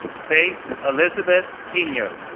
faith elizabeth pinho,